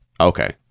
Okay